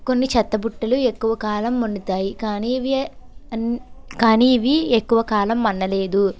కొన్ని చెత్తబుట్టలు ఎక్కువ కాలం మన్నుతాయి కానీ ఇవి అన్ కానీ ఇవి ఎక్కువ కాలం మన్నలేదు